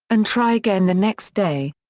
and try again the next day.